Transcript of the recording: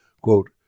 Quote